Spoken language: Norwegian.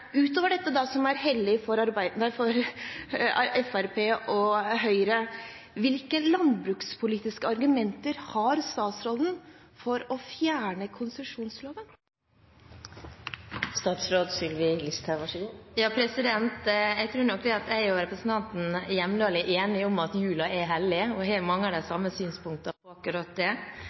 utover dette som er hellig for Fremskrittspartiet og Høyre, er: Hvilke landbrukspolitiske argumenter har statsråden for å fjerne konsesjonsloven? Jeg tror nok at representanten Hjemdal og jeg er enige om at julen er hellig, og vi har mange av de samme synspunktene på akkurat det.